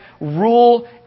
rule